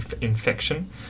infection